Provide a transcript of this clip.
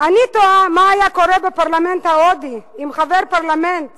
תוהה מה היה קורה בפרלמנט ההודי אם חבר פרלמנט